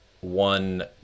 one